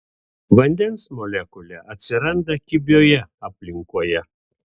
vandens molekulė atsiranda kibioje aplinkoje